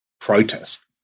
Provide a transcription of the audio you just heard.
protest